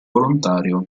volontario